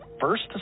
first